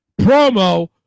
promo